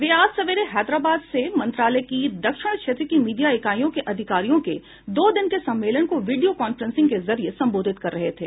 वे आज सवेरे हैदराबाद में मंत्रालय की दक्षिण क्षेत्र की मीडिया इकाईयों के अधिकारियों के दो दिन के सम्मेलन को वीडियो कांफ्रेंसिंग के जरिये संबोधित कर रहे थे